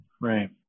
Right